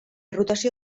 rotació